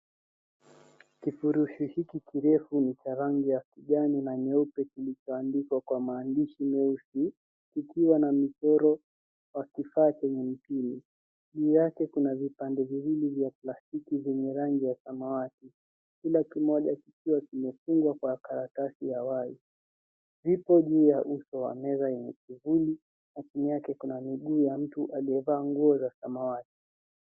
Kifurushi hiki kirefu ni cha rangi ya kijani na nyeupe kilichoandikwa kwa maandishi meusi kikiwa na michoro ya kifaa chenye mpini. Juu yake kuna vipande viwili vya plastiki vyenye rangi ya samawati, kila kimoja kikiwa kimefungwa kwa karatasi ya wai. Kipo juu ya meza yenye kivuli na chini yake kuna miguu ya mtu aliyevaa nguo za samawati.